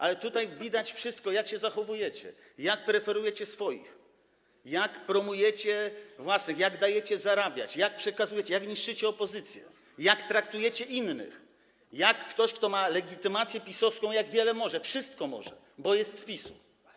Ale tutaj widać wszystko: jak się zachowujecie, jak preferujecie swoich, jak promujecie własnych, jak dajecie zarabiać, jak przekazujecie, jak niszczycie opozycję, jak traktujecie innych, jak wiele może ktoś, kto ma legitymację PiS-owską, jak wszystko może, bo jest z PiS-u.